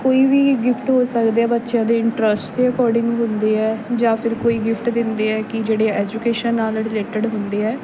ਕੋਈ ਵੀ ਗਿਫ਼ਟ ਹੋ ਸਕਦੇ ਹੈ ਬੱਚਿਆਂ ਦੇ ਇੰਟਰਸਟ ਦੇ ਅਕੋਡਿੰਗ ਹੁੰਦੇ ਹੈ ਜਾਂ ਫਿਰ ਕੋਈ ਗਿਫ਼ਟ ਦਿੰਦੇ ਹੈ ਕਿ ਜਿਹੜੇ ਐਜੂਕੇਸ਼ਨ ਨਾਲ ਰਿਲੇਟਡ ਹੁੰਦੇ ਹੈ